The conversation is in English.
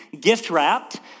Gift-Wrapped